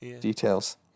details